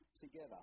together